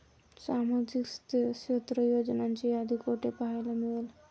सामाजिक क्षेत्र योजनांची यादी कुठे पाहायला मिळेल?